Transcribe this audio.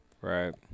Right